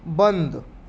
بند